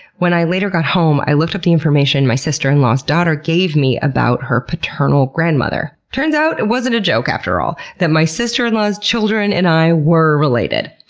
when i later got home i looked up the information my sister-in-law's daughter gave me about her paternal grandmother. turns out, it wasn't a joke after all. that my sister-in-law's children and i were related.